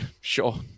Sure